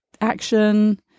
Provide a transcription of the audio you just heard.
action